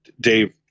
Dave